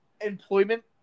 employment